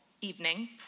evening